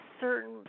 certain